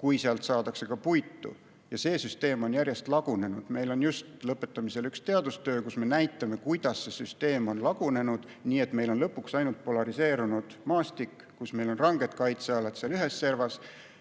kust saadakse ka puitu. See süsteem on järjest lagunenud. Meil on lõpetamisel üks teadustöö, kus me näitame, kuidas see süsteem on lagunenud, nii et lõpuks on meil ainult polariseerunud maastik, kus on ranged kaitsealad ühes servas